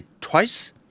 twice